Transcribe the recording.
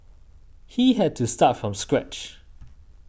he had to start from scratch